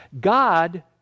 God